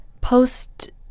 post